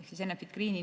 ehk Enefit Greeni